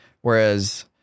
Whereas